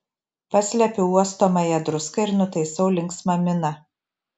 paslepiu uostomąją druską ir nutaisau linksmą miną